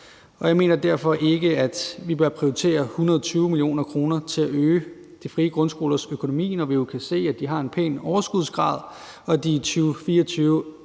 og jeg mener derfor ikke, at vi bør prioritere 120 mio. kr. til at øge de frie grundskolers økonomi, når vi jo kan se, at de har en pæn overskudsgrad, og at de i 2024